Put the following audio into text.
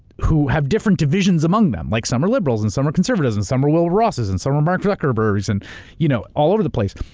who have different divisions among them, like some are liberals and some are conservatives and some are wilbur rosses and some mark zuckerbergs and you know, all over the place.